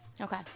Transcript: okay